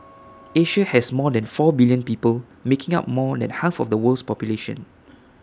Asia has more than four billion people making up more than half of the world's population